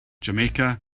jamaica